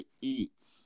Eats